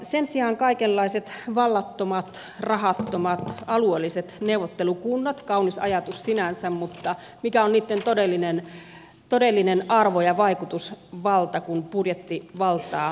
sen sijaan kaikenlaiset vallattomat rahattomat alueelliset neuvottelukunnat kaunis ajatus sinänsä mutta mikä on niitten todellinen arvo ja vaikutusvalta kun budjettivaltaa ei ole